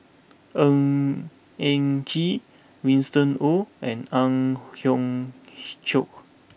Ng Eng Kee Winston Oh and Ang Hiong Chiok